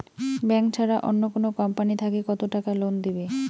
Bank ছাড়া অন্য কোনো কোম্পানি থাকি কত টাকা লোন দিবে?